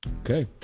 Okay